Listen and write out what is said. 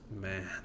Man